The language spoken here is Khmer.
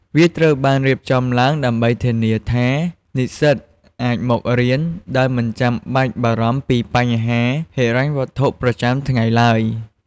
វាត្រូវបានរៀបចំឡើងដើម្បីធានាថា និស្សិតអាចមករៀនដោយមិនចាំបាច់បារម្ភពីបញ្ហាហិរញ្ញវត្ថុប្រចាំថ្ងៃឡើយ។